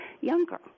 younger